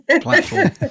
platform